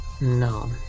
No